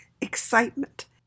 excitement